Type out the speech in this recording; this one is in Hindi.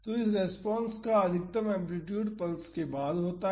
तो इस रेस्पॉन्स का अधिकतम एम्पलीटूड पल्स के बाद होता है